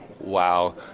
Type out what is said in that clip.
wow